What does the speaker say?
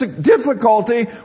difficulty